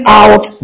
out